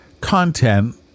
content